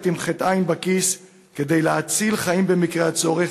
עם ח"ע בכיס כדי להציל חיים במקרה הצורך,